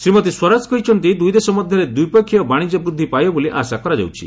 ଶ୍ରୀମତୀ ସ୍ୱରାଜ କହିଛନ୍ତି ଦୁଇଦେଶ ମଧ୍ୟରେ ଦ୍ୱିପକ୍ଷୀୟ ବାଶିଜ୍ୟ ବୃଦ୍ଧି ପାଇବ ବୋଲି ଆଶା କରାଯାଉଛି